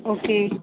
okay